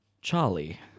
Charlie